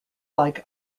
like